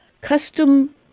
custom